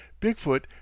Bigfoot